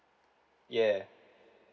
yeah